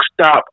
stop